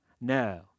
No